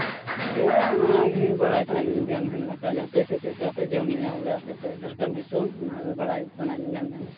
ᱦᱮᱸ ᱚᱱᱟ ᱜᱮ ᱵᱟᱲᱟᱭ ᱥᱟᱱᱟᱭᱤᱫᱤᱧ ᱠᱟᱱ ᱛᱟᱦᱮᱱᱟᱜ ᱦᱟᱯᱮ ᱥᱮ ᱪᱮᱫᱠᱟ ᱯᱮ ᱡᱚᱢᱼᱧᱩᱭᱟ ᱵᱚᱞᱮ ᱟᱯᱮ ᱥᱮᱫ ᱡᱷᱟᱲᱠᱷᱚᱸᱰ ᱫᱤᱥᱚᱢ ᱚᱱᱟᱜᱮ ᱵᱟᱲᱟᱭ ᱥᱟᱱᱟᱧᱭᱤᱫᱤᱧ ᱠᱟᱱ ᱛᱟᱦᱮᱱᱟ